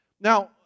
Now